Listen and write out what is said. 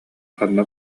ханна